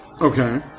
Okay